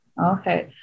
Okay